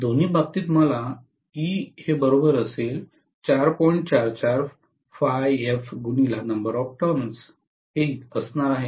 दोन्ही बाबतीत मला असणार आहे